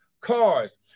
cars